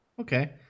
Okay